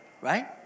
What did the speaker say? right